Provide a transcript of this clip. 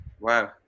Wow